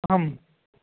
आं